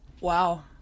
Wow